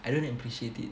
I don't appreciate it